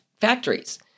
factories